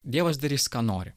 dievas darys ką nori